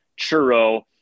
churro